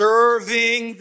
Serving